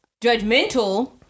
judgmental